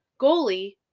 goalie